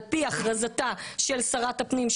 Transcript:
על פי הכרזתה של שרת הפנים,